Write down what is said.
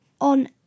on